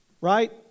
right